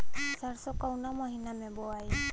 सरसो काउना महीना मे बोआई?